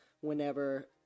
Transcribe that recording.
whenever